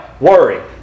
worry